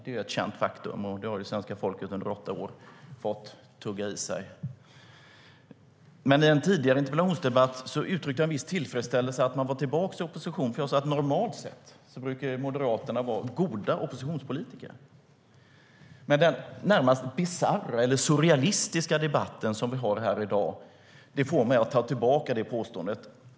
Det är ett känt faktum, och det har svenska folket under åtta år fått tugga i sig. I en tidigare interpellationsdebatt uttryckte jag en viss tillfredsställelse över att de är tillbaka i opposition, för normalt sett brukar Moderaterna vara goda oppositionspolitiker. Men den närmast bisarra eller surrealistiska debatt som vi har här i dag får mig att ta tillbaka påståendet.